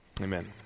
Amen